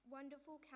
Wonderful